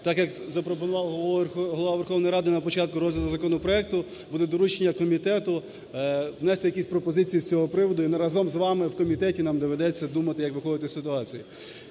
так як запропонував Голова Верховної Ради на початку розгляду законопроекту, буде доручення комітету внести якісь пропозиції з цього приводу. І разом з вами в комітеті нам доведеться думати, як виходити із ситуації.